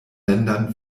ländern